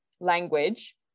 language